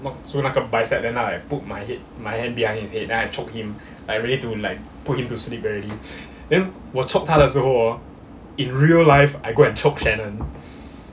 lock 住那个 bicep then I like put my head my head behind his head then I choke him like really to like put him to sleep already then 我 choke 他的时候 orh in real life I go and choke shannon